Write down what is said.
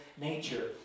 nature